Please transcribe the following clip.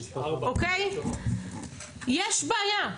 יש בעיה,